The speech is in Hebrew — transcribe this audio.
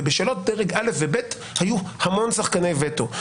ובשאלות דרג א' ו-ב' היו המון שחקני וטו.